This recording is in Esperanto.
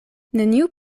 neniu